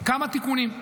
כמה תיקונים.